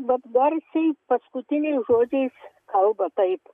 vat garsiai paskutiniais žodžiais kalba taip